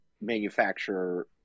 manufacturer